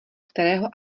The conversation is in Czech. kterého